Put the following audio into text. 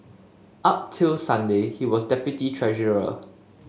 up till Sunday he was deputy treasurer